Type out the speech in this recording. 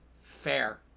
fair